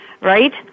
Right